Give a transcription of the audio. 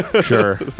sure